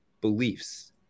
beliefs